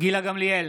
גילה גמליאל,